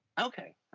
Okay